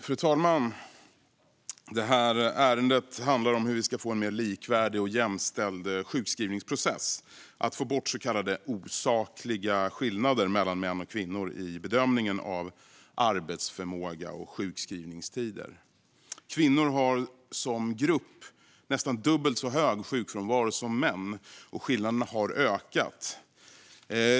Fru talman! Detta ärende handlar om hur vi ska få en mer likvärdig och jämställd sjukskrivningsprocess och få bort så kallade osakliga skillnader mellan män och kvinnor vid bedömningen av arbetsförmåga och sjukskrivningstider. Kvinnor som grupp har nästan dubbelt så hög sjukfrånvaro som män, och skillnaderna har ökat.